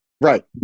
Right